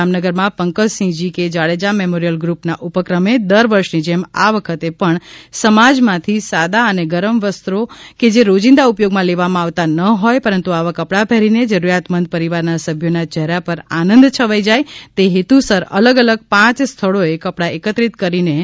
જામનગરમાં Pankajsinhji K Jadeja memorial ગ્રુપના ઉપક્રમે દર વર્ષની જેમ આ વખતે પણ સમાજમાંથી સાદા અને ગરમ વસ્ત્રો કે જે રોજીંદા ઉપયોગમાં લેવામાં આવતા ન હોય પરંતુ આવા કપડાં પહેરીને જરૂરીયાતમંદ પરિવારનાં સભ્યોનાં ચહેરા પર આનંદ છવાય જાય તે હેતુસર અલગ અલગ પાંચ સ્થવળોએ કપડાં એકત્રિત કરવામાં આવેલ